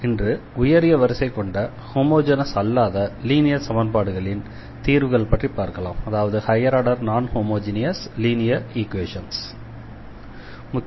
இன்று உயரிய வரிசை கொண்ட ஹோமெஜெனஸ் அல்லாத லீனியர் சமன்பாடுகளின் தீர்வுகள் பற்றி பார்க்கலாம்